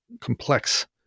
complex